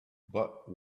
but